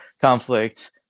conflict